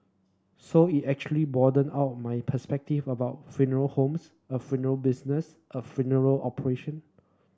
so it actually broadened out my perspective about funeral homes a funeral business a funeral operation